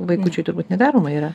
vaikučiui turbūt nedaroma yra